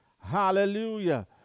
Hallelujah